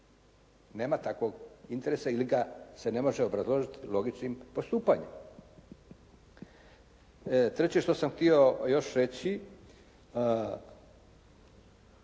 Nema takvog interesa ili ga se ne može obrazložiti logičkim postupanjem. Treće što sam htio još reći